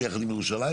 ביחד עם ירושלים,